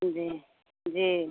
जी जी